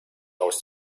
aus